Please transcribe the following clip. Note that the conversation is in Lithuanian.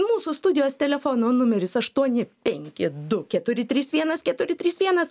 mūsų studijos telefono numeris aštuoni penki du keturi trys vienas keturi trys vienas